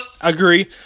agree